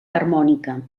harmònica